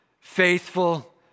faithful